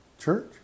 church